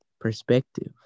perspective